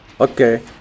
Okay